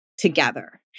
together